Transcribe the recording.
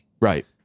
Right